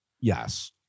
Yes